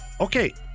Okay